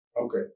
okay